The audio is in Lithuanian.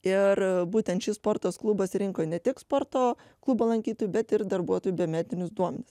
ir būtent šis sporto klubas rinko ne tik sporto klubo lankytojų bet ir darbuotojų biometrinius duomenis